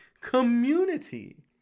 Community